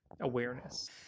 awareness